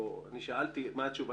שאלתי מה התשובה